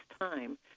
time